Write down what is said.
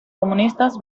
comunistas